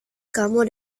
kamu